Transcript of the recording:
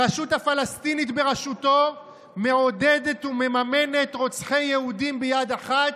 הרשות הפלסטינית בראשותו מעודדת ומממנת רוצחי יהודים ביד אחת,